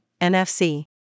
nfc